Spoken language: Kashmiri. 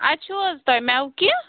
اَتہِ چھُو حظ تۄہہِ مٮ۪وٕ کیٚنٛہہ